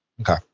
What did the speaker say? Okay